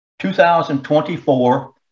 2024